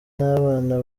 n’abana